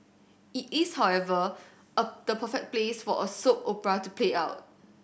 it is however a the perfect place for a soap opera to play out